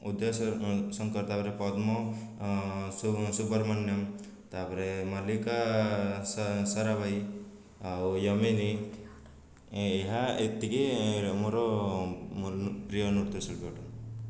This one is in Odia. ଉଦୟ ଶଙ୍କର ତା'ପରେ ପଦ୍ମ ସୁବରମନ୍ୟମ ତା'ପରେ ମଲିକା ସାରାଭାଇ ଆଉ ୟାମିନି ଏହା ଏତିକି ମୋର ପ୍ରିୟ ନୃତ୍ୟ ଶିଳ୍ପୀ ଅଟନ୍ତି